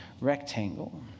rectangle